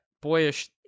boyish